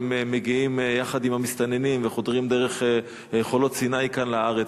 הן מגיעות יחד עם המסתננים וחודרות דרך חולות סיני לארץ.